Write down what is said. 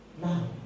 now